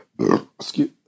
Excuse